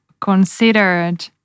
considered